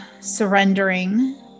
surrendering